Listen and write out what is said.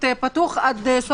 ועדת